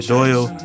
Doyle